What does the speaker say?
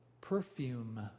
perfume